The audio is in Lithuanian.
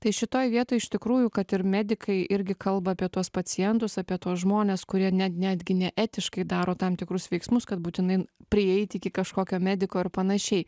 tai šitoj vietoj iš tikrųjų kad ir medikai irgi kalba apie tuos pacientus apie tuos žmones kurie net netgi neetiškai daro tam tikrus veiksmus kad būtinai prieiti iki kažkokio mediko ir panašiai